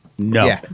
No